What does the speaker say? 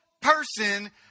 person